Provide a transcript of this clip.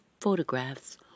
photographs